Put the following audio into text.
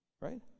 Right